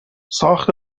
ساخت